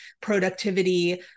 productivity